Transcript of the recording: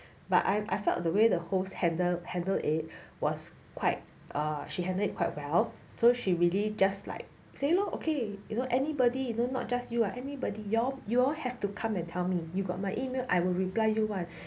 but I'm I felt the way the host handle handle it was quite err she handed it quite well so she really just like say lor okay you know anybody you know not just you or anybody you all you all have to come and tell me you got my email I will reply you [one]